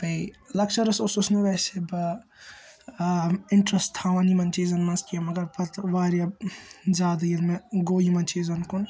بیٚیہ لَکچارَس اوسُس نہٕ ویسے بہٕ اِنٹرَسٹہٕ تھاوان یِمَن چیزَن منٛز کیٚنٛہہ مَگَر پَتہ وارِیاہ زیادٕ ییٚلہِ مےٚ گوٚو یِمَن چیزَن کُن